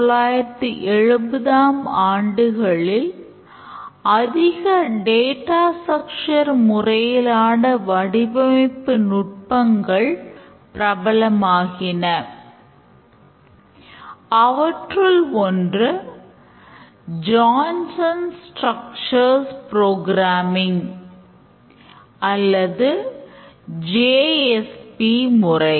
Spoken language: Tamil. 1970ம் ஆண்டுகளில் அதிக டேட்டா ஸ்ட்ரக்சர்முறை